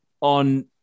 on